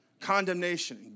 condemnation